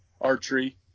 archery